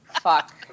Fuck